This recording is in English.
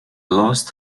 lost